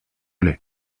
lait